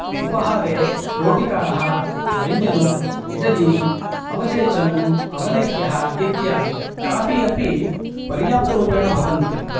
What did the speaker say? उपहारे रोटिकाः व्यंजनं इडलि अवसेचनं अवलेह्यः इत्यादि काफि अपि पर्याप्तरूपेण भवन्तु